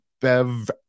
bev